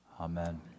amen